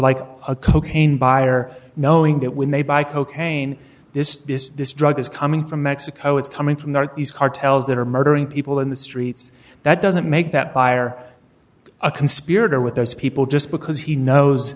like a cocaine buyer knowing that when they buy cocaine this this this drug is coming from mexico it's coming from these cartels that are murdering people in the streets that doesn't make that buyer a conspirator with those people just because he knows